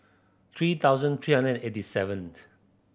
three thousand three hundred eighty seventh